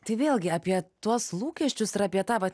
tai vėlgi apie tuos lūkesčius ir apie tą vat